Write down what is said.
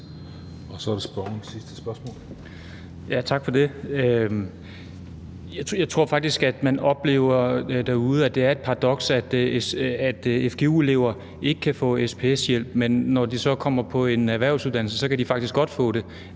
Så er det spørgeren med det sidste spørgsmål. Kl. 16:04 Stén Knuth (V): Tak for det. Jeg tror faktisk, at man oplever derude, at det er et paradoks, at fgu-elever ikke kan få SPS-hjælp, men når de så kommer på en erhvervsuddannelse, kan de faktisk godt få det.